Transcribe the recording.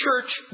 church